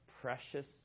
precious